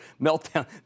meltdown